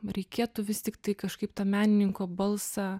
reikėtų vis tiktai kažkaip tą menininko balsą